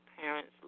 parents